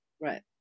Right